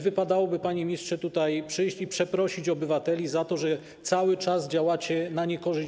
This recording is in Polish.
Wypadałoby, panie ministrze, tutaj przyjść i przeprosić obywateli za to, że cały czas działacie na ich niekorzyść.